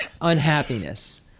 unhappiness